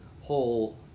whole